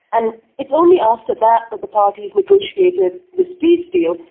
and it's only after that that the parties negotiated this peace deal.